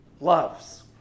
loves